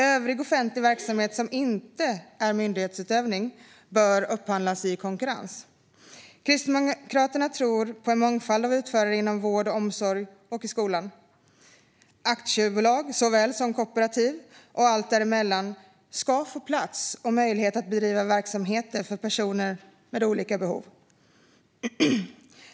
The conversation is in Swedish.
Övrig offentlig verksamhet, som inte är myndighetsutövning, bör upphandlas i konkurrens. Kristdemokraterna tror på en mångfald av utförare inom vård, omsorg och skola. Aktiebolag såväl som kooperativ och allt däremellan ska få plats och möjlighet att bedriva verksamheter för personer med olika behov.